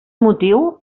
motiu